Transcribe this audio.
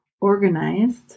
organized